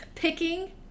Picking